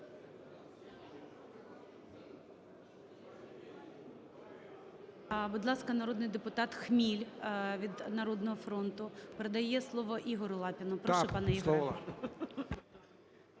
Будь ласка, народний депутат Хміль від "Народного фронту". Передає слово Ігорю Лапіну. Прошу, пане Ігоре.